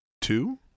two